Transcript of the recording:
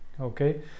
okay